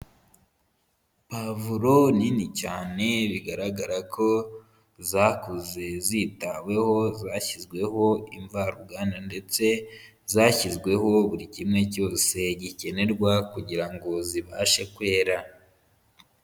Pavuro nini cyane bigaragara ko zakuze zitaweho, zashyizweho imvaruganda ndetse zashyizweho buri kimwe cyose gikenerwa kugira ngo zibashe kwera.